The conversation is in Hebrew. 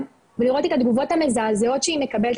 ולראות את התגובות המזעזעות שהיא מקבלת,